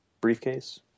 briefcase